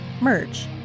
merch